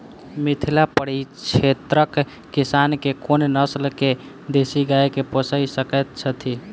मिथिला परिक्षेत्रक किसान केँ कुन नस्ल केँ देसी गाय केँ पोइस सकैत छैथि?